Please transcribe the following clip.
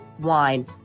wine